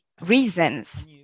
reasons